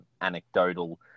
anecdotal